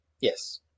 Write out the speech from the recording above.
Yes